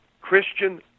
Christian